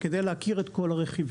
וכדי להכיר את כל הרכיבים,